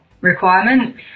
requirement